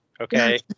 Okay